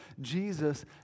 Jesus